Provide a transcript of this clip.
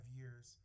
years